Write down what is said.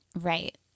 Right